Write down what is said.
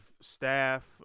staff